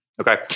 Okay